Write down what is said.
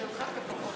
עשר דקות לרשותך.